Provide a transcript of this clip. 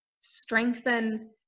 strengthen